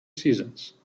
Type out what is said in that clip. seasons